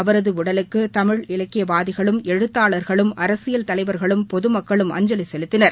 அவரது உடலுக்கு தமிழ் இலக்கியவாதிகளும் எழுத்தாளர்களும் அரசியல் தலைவர்களும் பொதமக்களும் அஞ்சலி செலுத்தினர்